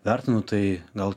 vertinu tai gal